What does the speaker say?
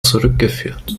zurückgeführt